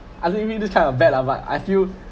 ah leave me this kind of bad lah but I feel